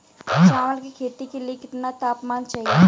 चावल की खेती के लिए कितना तापमान चाहिए?